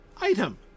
Item